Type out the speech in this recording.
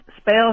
spell